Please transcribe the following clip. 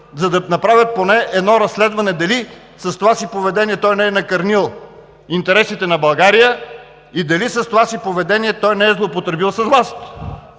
за да направят поне едно разследване дали с това си поведение той не е накърнил интересите на България, и дали с това си поведение той не е злоупотребил с власт.